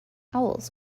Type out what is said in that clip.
owls